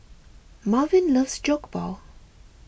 Marvin loves Jokbal